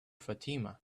fatima